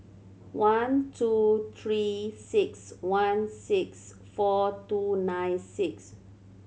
one two Three Six One six four two nine six